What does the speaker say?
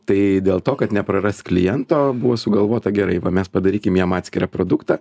tai dėl to kad neprarast kliento buvo sugalvota gerai va mes padarykim jam atskirą produktą